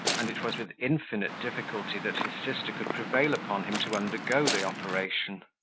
and it was with infinite difficulty that his sister could prevail upon him to undergo the operation.